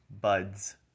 Buds